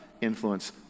influence